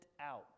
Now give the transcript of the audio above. out